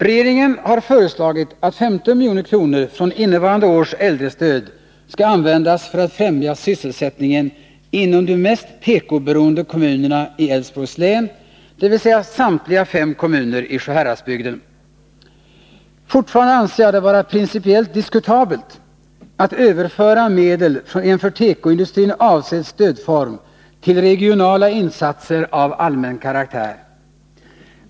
Regeringen har föreslagit att 15 milj.kr. från innevarande års äldrestöd skall användas för att främja sysselsättningen inom de mest tekoberoende kommunerna i Älvsborgs län, dvs. samtliga fem kommuner i Sjuhäradsbygden. Fortfarande anser jag det vara principiellt diskutabelt att överföra medel från en för tekoindustrin avsedd stödform till regionala insatser av allmän karaktär.